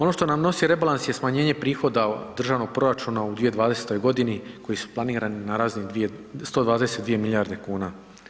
Ono što nam nosi rebalans je smanjenje prihoda državnog proračuna u 2020.g. koji su planirani na razini 122 milijarde kuna.